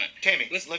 Tammy